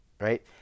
Right